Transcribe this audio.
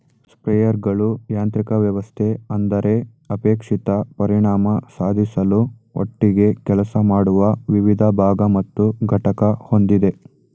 ಸ್ಪ್ರೇಯರ್ಗಳು ಯಾಂತ್ರಿಕ ವ್ಯವಸ್ಥೆ ಅಂದರೆ ಅಪೇಕ್ಷಿತ ಪರಿಣಾಮ ಸಾಧಿಸಲು ಒಟ್ಟಿಗೆ ಕೆಲಸ ಮಾಡುವ ವಿವಿಧ ಭಾಗ ಮತ್ತು ಘಟಕ ಹೊಂದಿದೆ